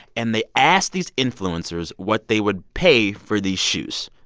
and they asked these influencers what they would pay for these shoes.